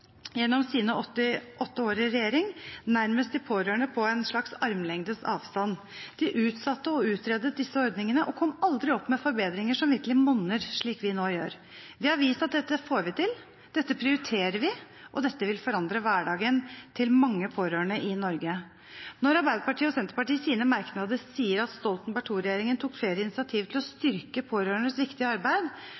gjennom sine åtte år i regjering de pårørende nærmest på en slags armlengdes avstand. De utsatte å utrede disse ordningene og kom aldri opp med forbedringer som virkelig monner, slik vi nå gjør. Vi har vist at dette får vi til, dette prioriterer vi, og dette vil forandre hverdagen til mange pårørende i Norge. Når Arbeiderpartiet og Senterpartiet i sine merknader sier at Stoltenberg II-regjeringen tok flere initiativ til å